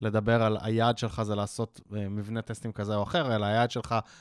לדבר על היעד שלך זה לעשות מבנה טסטים כזה או אחר, אלא היעד שלך...